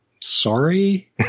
sorry